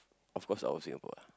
of course out of Singapore ah